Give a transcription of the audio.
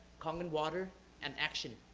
kangen water and action.